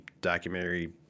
documentary